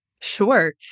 Sure